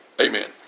Amen